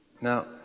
Now